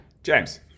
James